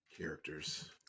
Characters